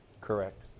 Correct